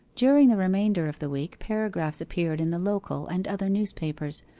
during the remainder of the week paragraphs appeared in the local and other newspapers,